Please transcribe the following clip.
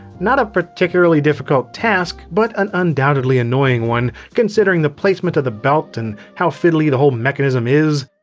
not a particularly difficult task, but an undoubtedly annoying one considering the placement of the belt and how fiddly the whole mechanism is.